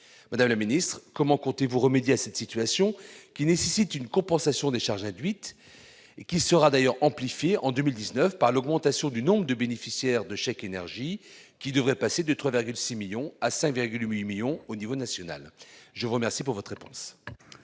Madame la secrétaire d'État, comment comptez-vous remédier à cette situation, qui nécessite une compensation des charges induites ? Ces dernières seront amplifiées en 2019 par l'augmentation du nombre de bénéficiaires du chèque énergie, qui devrait passer de 3,6 millions à 5,8 millions au niveau national ? La parole est à Mme la secrétaire